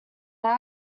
now